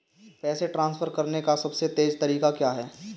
पैसे ट्रांसफर करने का सबसे तेज़ तरीका क्या है?